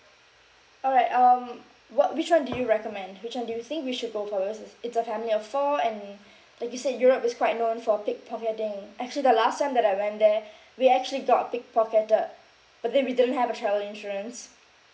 all right um what which one do you recommend which one do you think we should go for us it's it's a family of four and like you said europe is quite known for pick pocketing actually the last time that I went there we actually got pick pocketed but then we don't have a travel insurance